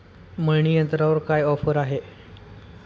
मळणी यंत्रावर काय ऑफर आहे?